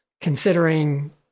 Considering